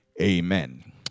Amen